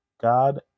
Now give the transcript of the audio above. God